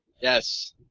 yes